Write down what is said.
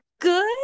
good